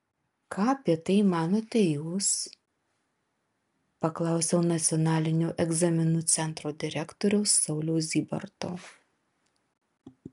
ką apie tai manote jūs paklausiau nacionalinio egzaminų centro direktoriaus sauliaus zybarto